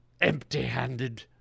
empty-handed